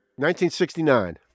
1969